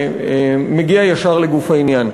אם כך אני מגיע ישר לגוף העניין.